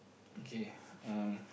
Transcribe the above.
okay um